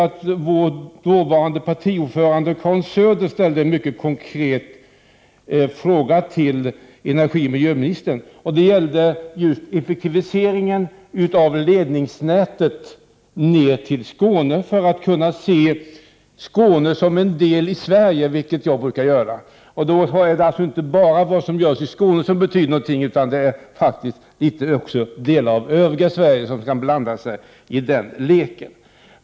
Vår dåvarande partiordförande, Karin Söder, ställde en mycket konkret fråga till miljöoch energiministern. Den gällde just effektiviseringen av ledningsnätet ner till Skåne. Skåne skall nämligen ses som en del av Sverige, vilket jag brukar göra. Det är inte bara vad som görs i Skåne som betyder någonting. Övriga delar av Sverige kan också blanda sig i den leken.